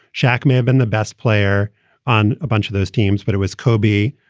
shaq may have been the best player on a bunch of those teams, but it was kobe.